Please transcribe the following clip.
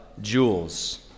jewels